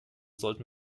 sollten